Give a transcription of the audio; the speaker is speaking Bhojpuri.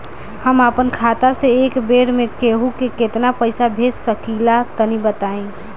हम आपन खाता से एक बेर मे केंहू के केतना पईसा भेज सकिला तनि बताईं?